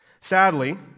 Sadly